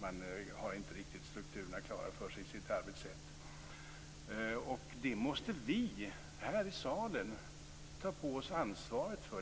man har inte riktigt strukturerna i sitt arbetssätt klara för sig. Det måste vi här i salen ta på oss ansvaret för.